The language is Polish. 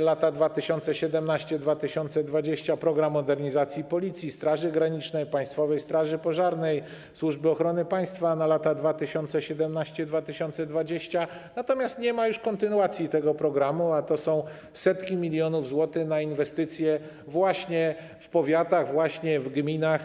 lata 2017-2020”, „Program modernizacji Policji, Straży Granicznej, Państwowej Straży Pożarnej, Służby Ochrony Państwa na lata 2017-2020”, natomiast nie ma już kontynuacji tych programów, a to są setki milionów zł na inwestycje właśnie w powiatach, właśnie w gminach.